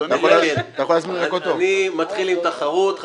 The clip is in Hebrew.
אני מתחיל עם תחרות.